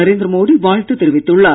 நரேந்திரமோடி வாழ்த்து தெரித்துள்ளார்